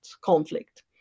conflict